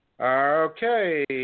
Okay